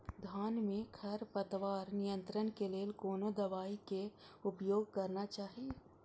धान में खरपतवार नियंत्रण के लेल कोनो दवाई के उपयोग करना चाही?